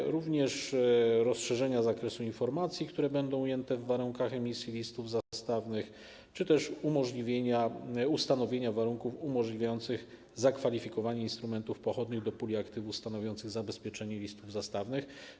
Mamy również rozszerzenie zakresu informacji, które będą ujęte w warunkach emisji listów zastawnych, czy też ustanowienie warunków umożliwiających zakwalifikowanie instrumentów pochodnych do puli aktywów stanowiących zabezpieczenie listów zastawnych.